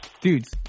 Dudes